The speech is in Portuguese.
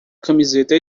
camiseta